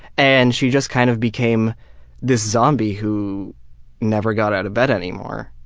and she just kind of became this zombie who never got out of bed anymore.